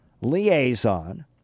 liaison